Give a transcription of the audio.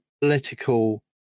political